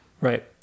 right